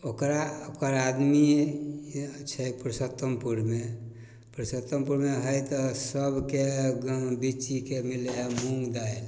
ओकरा ओकर आदमी छै पुरुषोत्तमपुरमे पुरुषोत्तमपुरमे हइ तऽ सभके गऽ बिच्चीके मिलै हइ मूँग दालि